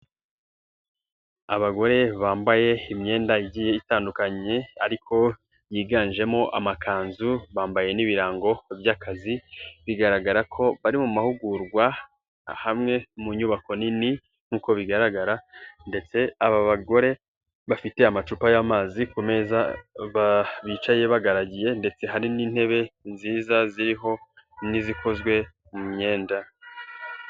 Abagore bambaye imyenda igiye itandukanye ariko yiganjemo amakanzu bambaye n'ibirango by'akazi bigaragara ko bari mu mahugurwa hamwe mu nyubako nini nk'uko bigaragara ndetse aba bagore bafite amacupa y'amazi ku meza bicaye bagaragiye ndetse hari n'intebe nziza ziriho n'izikozwe mu myenda.